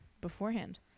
beforehand